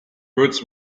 birds